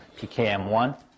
PKM1